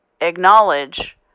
acknowledge